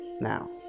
now